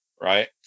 right